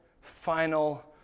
final